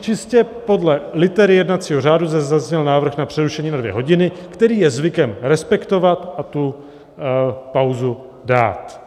Čistě podle litery jednacího řádu zde zazněl návrh na přerušení na dvě hodiny, který je zvykem respektovat a tu pauzu dát.